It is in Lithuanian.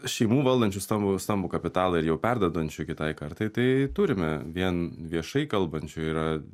šeimų valdančių stambų stambų kapitalą ir jau perduodančių kitai kartai tai turime vien viešai kalbančių yra